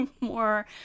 more